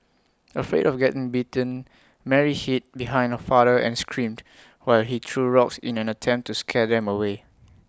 afraid of getting bitten Mary hid behind her father and screamed while he threw rocks in an attempt to scare them away